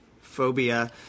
phobia